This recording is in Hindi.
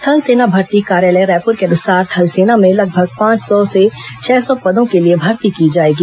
थल सेना भर्ती कार्यालय रायपुर के अनुसार थल सेना में लगभग पांच सौ से छह सौ पदों के लिए भर्ती की जाएगी